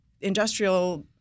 industrial